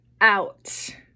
out